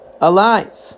alive